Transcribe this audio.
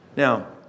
Now